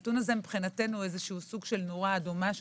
הוא מבחינתנו סוג של נורה אדומה,